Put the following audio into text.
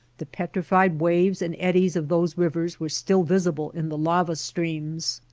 the petrified waves and eddies of those rivers were still visible in the lava streams.